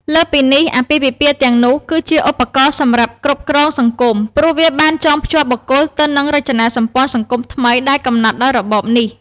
លើសពីនេះ អាពាហ៍ពិពាហ៍ទាំងនោះគឺជាឧបករណ៍សម្រាប់គ្រប់គ្រងសង្គម ព្រោះវាបានចងភ្ជាប់បុគ្គលទៅនឹងរចនាសម្ព័ន្ធសង្គមថ្មីដែលកំណត់ដោយរបបនេះ។